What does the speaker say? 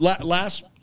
last